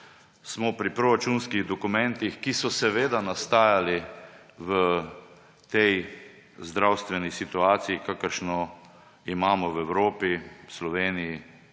smo pri proračunskih dokumentih, ki so seveda nastajali v tej zdravstveni situaciji, kakršno imamo v Evropi, v Sloveniji,